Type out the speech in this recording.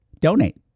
donate